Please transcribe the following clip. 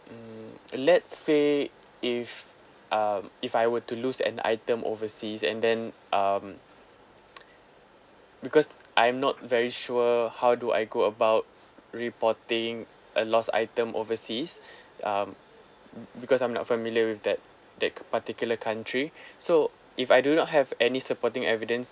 mm let say if um if I were to lose an item overseas and then um because I'm not very sure how do I go about reporting a lost item overseas um because I'm not familiar with that that particular country so if I do not have any supporting evidence